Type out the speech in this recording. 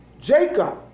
Jacob